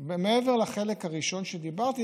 מעבר לחלק הראשון שדיברתי,